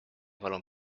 palun